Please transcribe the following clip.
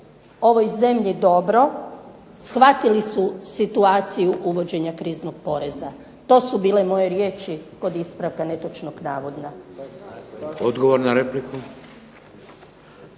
ovoj zemlji dobro, shvatili su situaciju uvođenja kriznog poreza. To su bile moje riječi kod ispravka netočnog navoda.